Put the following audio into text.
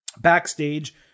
Backstage